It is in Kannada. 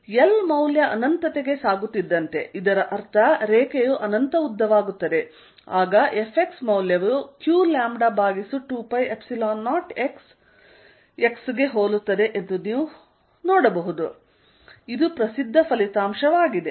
L ಮೌಲ್ಯ ಅನಂತತೆಗೆ ಸಾಗುತ್ತಿದ್ದಂತೆ ಇದರರ್ಥ ರೇಖೆಯು ಅನಂತ ಉದ್ದವಾಗುತ್ತದೆ ಆಗ Fx ಮೌಲ್ಯವು qλ ಭಾಗಿಸು 2π0x x ಗೆ ಹೋಲುತ್ತದೆ ಎಂದು ನೀವು ನೋಡಬಹುದು ಇದು ಪ್ರಸಿದ್ಧ ಫಲಿತಾಂಶವಾಗಿದೆ